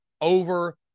over